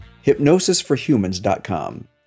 HypnosisForHumans.com